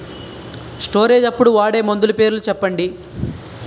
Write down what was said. Storage అప్పుడు వాడే మందులు పేర్లు చెప్పండీ?